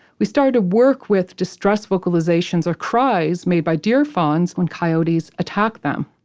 we started to work with distress vocalizations or cries made by deer fawns when coyotes attack them.